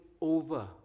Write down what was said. over